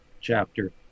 chapter